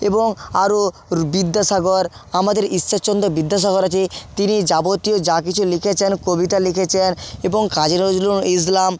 এবং আরও রো বিদ্যাসাগর আমাদের ঈশ্বরচন্দ্র বিদ্যাসাগর আছে তিনি যাবতীয় যা কিছু লিখেছেন কবিতা লিখেছেন এবং কাজি নজরুল ইসলাম